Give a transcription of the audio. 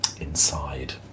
inside